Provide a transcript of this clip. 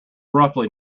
roughly